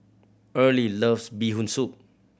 Earley loves Bee Hoon Soup